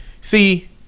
See